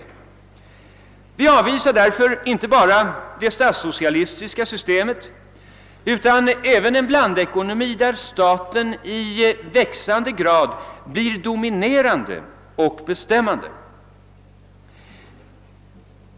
Därför avvisar vi inte bara det statssocialistiska systemet utan även en blandekonomi där staten i växande grad blir dominerande och bestämmande.